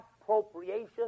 appropriation